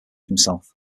himself